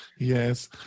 Yes